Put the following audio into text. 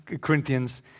corinthians